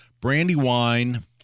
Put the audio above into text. Brandywine